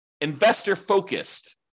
investor-focused